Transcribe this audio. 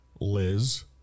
Liz